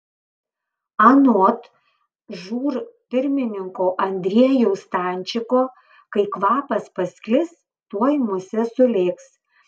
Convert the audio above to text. anot žūr pirmininko andriejaus stančiko kai kvapas pasklis tuoj musės sulėks